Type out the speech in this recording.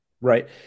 Right